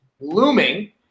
Looming